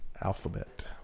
Alphabet